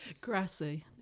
Grassy